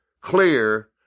clear